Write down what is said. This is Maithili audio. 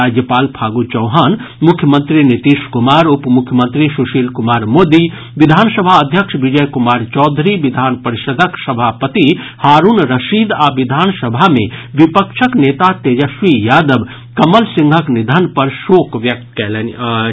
राज्यपाल फागू चौहान मुख्यमंत्री नीतीश कुमार उपमुख्यमंत्री सुशील कुमार मोदी विधानसभा अध्यक्ष विजय कुमार चौधरी विधानपरिषद्क सभापति हारूण रशीद आ विधानसभा मे विपक्षक नेता तेजस्वी यादव कमल सिंहक निधन पर शोक व्यक्त कयलनि अछि